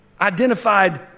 identified